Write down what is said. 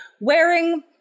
wearing